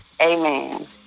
Amen